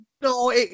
No